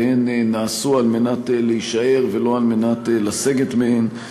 והן נעשו על מנת להישאר ולא על מנת לסגת מהן.